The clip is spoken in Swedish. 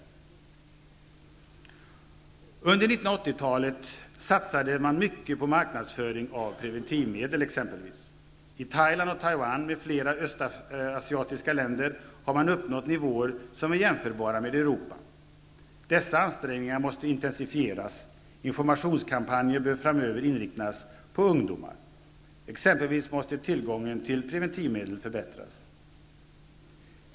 Under 1980-talet satsade man mycket på marknadsföring av preventivmedel. I Thailand och Taiwan m.fl. östasiatiska länder har man uppnått nivåer som är jämförbara med Europas. Dessa ansträngningar måste intensifieras. Informationskampanjer bör framöver inriktas på ungdomar. Exempelvis måste tillgången till preventivmedel förbättras.